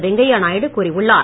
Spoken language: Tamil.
வெங்கையநாயுடு கூறியுள்ளார்